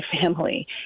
family